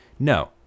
No